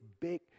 big